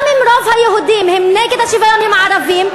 גם אם רוב היהודים הם נגד השוויון עם הערבים,